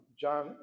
John